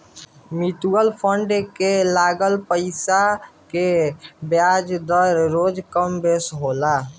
mutual fund के लागल पईसा के बियाज दर रोज कम बेसी होला